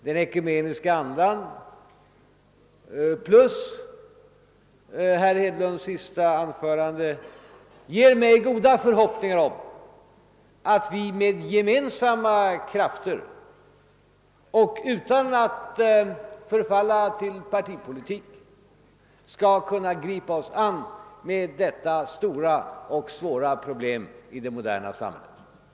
Den ekumeniska anda som jag omnämnde plus vad herr Hedlund där anförde ger mig goda förhoppningar om att vi med gemensamma krafter och utan att förfalla till partipolitik skall kunna gripa oss an med detta stora och svåra problem i det moderna samhället.